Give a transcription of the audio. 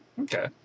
Okay